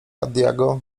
adagio